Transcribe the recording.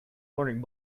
learning